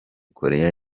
koreya